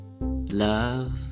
Love